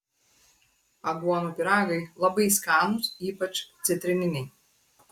aguonų pyragai labai skanūs ypač citrininiai